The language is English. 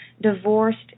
divorced